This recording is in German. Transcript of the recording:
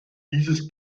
dieses